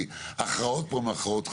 כי ההכרעות פה הן הכרעות חשובות.